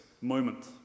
moment